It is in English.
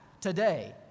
today